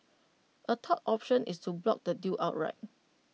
A third option is to block the deal outright